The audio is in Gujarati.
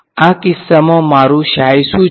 આ કિસ્સામાં મારા psi શું છે